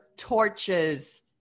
Torches